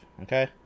okay